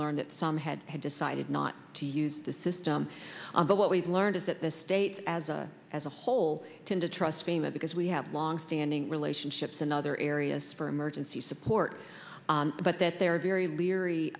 learn that some had had decided not to use the system but what we've learned is that the states as a as a whole tend to trust again that because we have long standing relationships in other areas for emergency support but that there are very leery